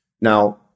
Now